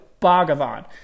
Bhagavan